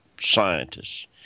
scientists